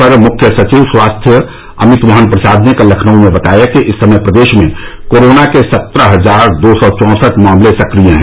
अपर मुख्य सचिव स्वास्थ्य अमित मोहन प्रसाद ने कल लखनऊ में बताया कि इस समय प्रदेश में कोरोना के सत्रह हजार दो सौ चौंसठ मामले सक्रिय हैं